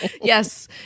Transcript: Yes